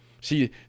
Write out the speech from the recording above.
See